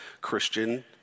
Christian